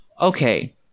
Okay